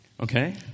Okay